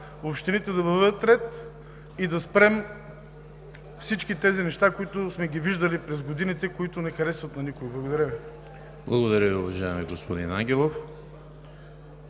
общините да въведат ред и да спрем всички тези неща, които сме виждали през годините, които не харесват на никого. Благодаря Ви. ПРЕДСЕДАТЕЛ ЕМИЛ ХРИСТОВ: Благодаря Ви, уважаеми господин Ангелов.